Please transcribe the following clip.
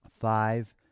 five